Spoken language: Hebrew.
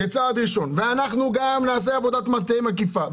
וגם שנעשה עבודת מטה מקיפה.